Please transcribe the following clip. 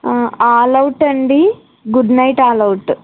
all out అండీ good night all out